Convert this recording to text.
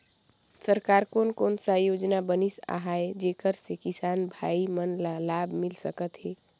सरकार कोन कोन सा योजना बनिस आहाय जेकर से किसान भाई मन ला लाभ मिल सकथ हे?